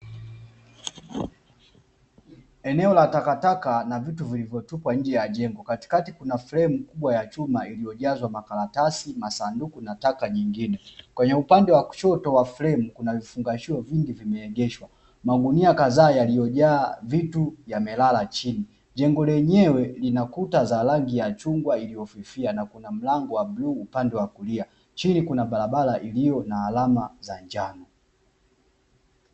Eneo la takataka na vitu vilivyotupwa nje ya jengo katikati kuna fremu kubwa ya chuma iliyojazwa makaratsi, masanduku na takataka nyingine, kwa upande kushoto wa fremu kuna vifungashio vingi vimeegeshwa magunia kazaa yaliyoojaa vitu yamelala chini, jengo lenyewe lina ukuta wa rangi ya chungwa uliyofifia na mlango wa bluu upande wa kulia chini kuna barabara iliyo na alama za njano.